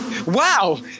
Wow